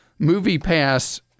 MoviePass